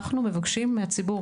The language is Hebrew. אנחנו מבקשים גם מהציבור,